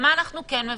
מה אנחנו כן מבקשים?